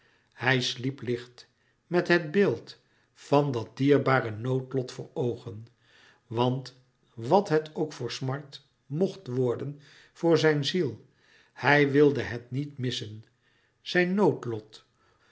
hij sliep licht met het beeld van dat dierbare noodlot voor oogen want wat het ook voor smart mocht worden voor zijn ziel hij wilde het niet missen zijn noodlot